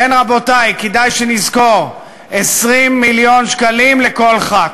כן, רבותי, כדאי שנזכור: 20 מיליון שקלים לכל ח"כ.